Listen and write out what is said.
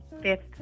fifth